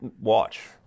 watch